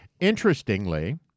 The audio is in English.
Interestingly